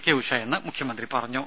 K Usha എന്ന് മുഖ്യമന്ത്രി പറഞ്ഞു